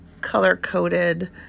color-coded